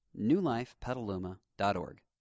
newlifepetaluma.org